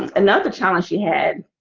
another challenge she had